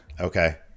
Okay